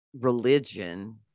religion